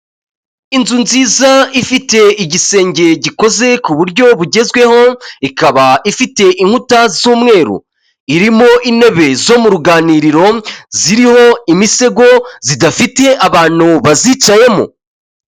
Inzu nziza ifite igisenge gikoze ku buryo bugezweho ikaba ifite inkuta z'umweru, irimo intebe zo mu ruganiriro ziriho imisego zidafite abantu bazicayemo.